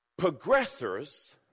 progressors